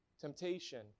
temptation